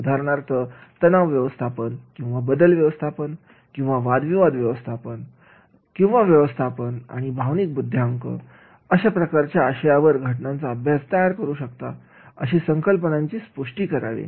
उदाहरणार्थ तणाव व्यवस्थापन किंवा बदल व्यवस्थापन किंवा वादविवाद व्यवस्थापन किंवा भावनिक बुद्ध्यांक अशा प्रकारचे आशयावर घटनांचा अभ्यास तयार करून अशा संकल्पना ची पुष्टी करावी